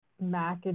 mac